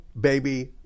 baby